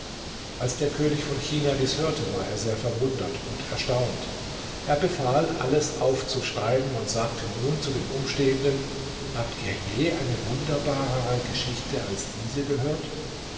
als der könig von china dies hörte war er sehr verwundert und erstaunt er befahl alles aufzuschreiben und sagte nun zu den umstehenden habt ihr je eine wunderbarere geschichte als diese gehört